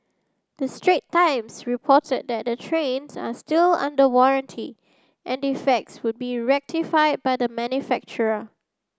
the Strait Times reported that the trains are still under warranty and defects would be rectified by the manufacturer